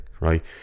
right